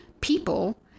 people